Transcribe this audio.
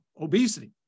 obesity